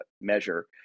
measure